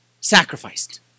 sacrificed